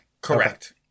correct